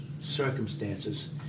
circumstances